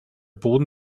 boden